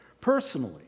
Personally